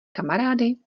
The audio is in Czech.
kamarády